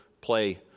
play